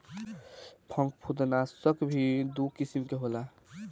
फंफूदनाशक भी दू किसिम के होला